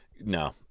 no